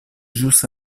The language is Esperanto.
ĵus